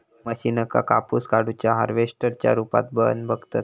मशीनका कापूस काढुच्या हार्वेस्टर च्या रुपात पण बघतत